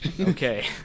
Okay